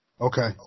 Okay